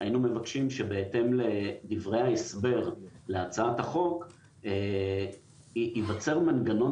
היינו מבקשים שבהתאם לדברי ההסבר להצעת החוק ייווצר מנגנון